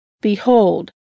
Behold